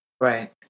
Right